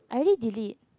I already delete